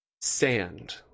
sand